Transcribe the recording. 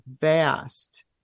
vast